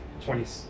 twenty